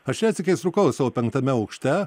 aš retsykiais rūkau savo penktame aukšte